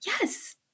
Yes